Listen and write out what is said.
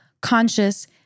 conscious